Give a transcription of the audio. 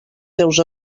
seus